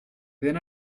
then